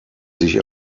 sich